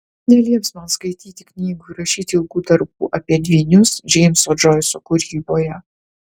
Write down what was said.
jie nelieps man skaityti knygų ir rašyti ilgų darbų apie dvynius džeimso džoiso kūryboje